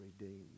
redeemed